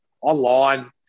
online